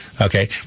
okay